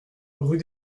rue